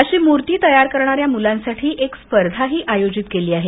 अशी मूर्ती तयार करणाऱ्या मुलांसाठी एक स्पर्धाही आयोजित केली आहे